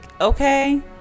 okay